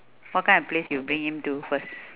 what kind of place you bring him to first